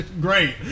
Great